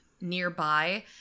nearby